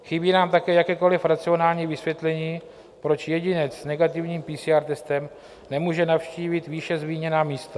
Chybí nám také jakékoli racionální vysvětlení, proč jedinec s negativním PCR testem nemůže navštívit výše zmíněná místa.